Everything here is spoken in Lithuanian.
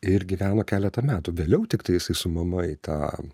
ir gyveno keletą metų vėliau tiktai jisai su mama į tą